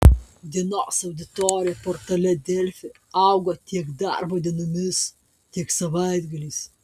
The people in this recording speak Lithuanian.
dienos auditorija portale delfi augo tiek darbo dienomis tiek savaitgaliais